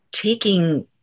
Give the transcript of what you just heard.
taking